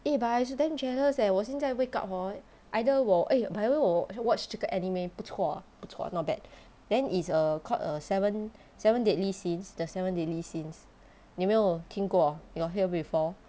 eh but I damn jealous eh 我现在 wake up hor either 我 eh by the way 我 watch 这个 anime 不错啊不错 not bad then it's a quite a seven seven deadly sins there's seven deadly sins 你有没有听过 you got hear before